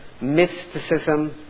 mysticism